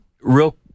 real